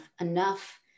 enough